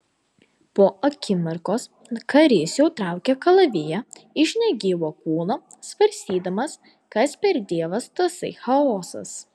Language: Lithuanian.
po akimirkos karys jau traukė kalaviją iš negyvo kūno svarstydamas kas per dievas tasai chaosas